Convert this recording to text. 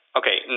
okay